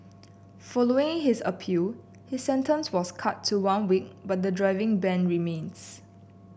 following his appeal his sentence was cut to one week but the driving ban remains